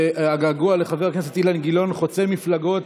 שהגעגוע לחבר הכנסת אילן גילאון חוצה מפלגות,